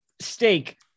steak